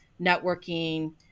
networking